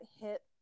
hit